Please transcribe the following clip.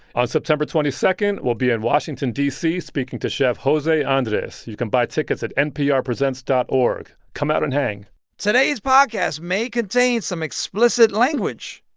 on september twenty two, we'll be in washington, d c, speaking to chef jose andres. you can buy tickets at nprpresents dot org. come out and hang today's podcast may contain some explicit language.